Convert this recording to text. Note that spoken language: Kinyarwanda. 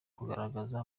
kugaragaza